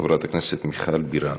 חברת הכנסת מיכל בירן.